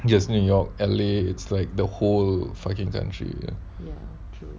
just new york L_A it's like the whole fucking country ah